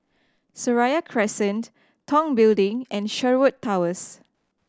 Seraya Crescent Tong Building and Sherwood Towers